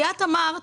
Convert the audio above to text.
את אמרת: